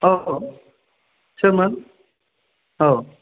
औ औ सोरमोन औ